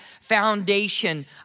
foundation